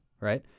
Right